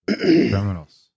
Criminals